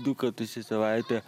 du kartus į savaitę